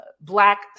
black